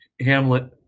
Hamlet